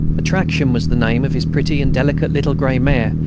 attraction was the name of his pretty and delicate little grey mare,